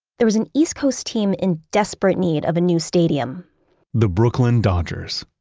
there was an east coast team in desperate need of a new stadium the brooklyn dodgers.